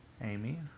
Amy